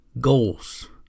goals